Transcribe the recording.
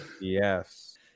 Yes